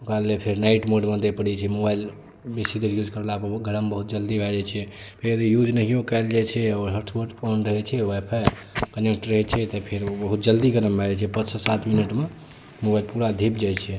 ओकरा लए फेर नाइट मोडमे दए पड़ै छै राति मोबाइल बहुत देर यूज करलापर गरम बहुत जलदी भए जाइ छै फेर यूज नहियो कयल जाइ छै हाटपॉट औन रहै छै वाइफाइ कने म्यूट रहै छै तऽ ओहो बहुत जलदी गरम भए जाइ छै पाँच सॅं सात मिनटमे मोबाइल पूरा धिप जाइ छै